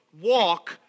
walk